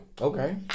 Okay